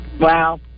Wow